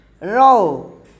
Row